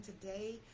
today